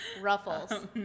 ruffles